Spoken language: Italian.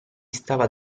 stava